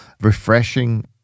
refreshing